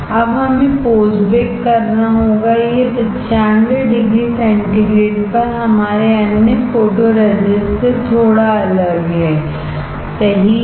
अब हमें post bake करना होगा यह 95 डिग्री सेंटीग्रेड पर हमारे अन्य फोटोरेजिस्ट से थोड़ा अलग है सही है